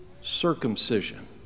circumcision